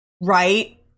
Right